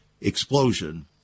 explosion